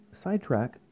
sidetrack